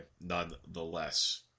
nonetheless